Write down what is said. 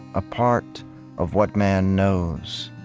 a part of what man knows,